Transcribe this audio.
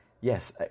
yes